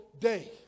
day